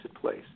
place